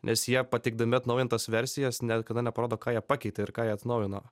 nes jie pateikdami atnaujintas versijas niekada neparodo ką jie pakeitė ir ką jie atnaujino